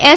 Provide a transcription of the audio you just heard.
S